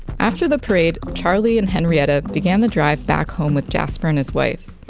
after the parade, charlie and henrietta began the drive back home with jasper and his wife.